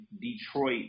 Detroit